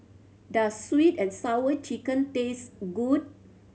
does Sweet And Sour Chicken taste good